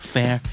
Fair